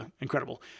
incredible